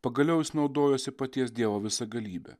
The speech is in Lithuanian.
pagaliau jis naudojosi paties dievo visagalybe